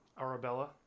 Arabella